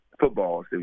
football